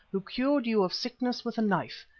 who cured you of sickness with a knife,